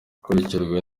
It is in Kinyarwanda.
ikurikirwa